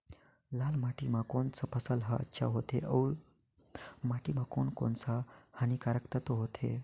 लाल माटी मां कोन सा फसल ह अच्छा होथे अउर माटी म कोन कोन स हानिकारक तत्व होथे?